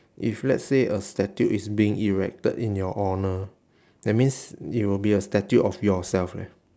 if let's say a statue is being erected in your honour that means it will be a statue of yourself leh